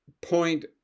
point